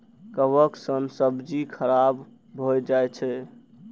कवक सं सब्जी खराब भए जाइ छै